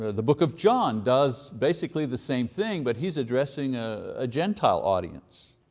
the book of john does basically the same thing, but he's addressing ah a gentile audience.